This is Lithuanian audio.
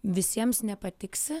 visiems nepatiksi